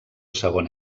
segon